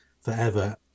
forever